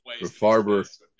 Farber